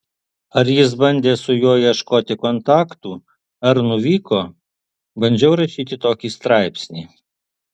ar jis bandė su juo ieškoti kontaktų ar nuvyko bandžiau rašyti tokį straipsnį